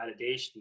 validation